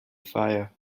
fire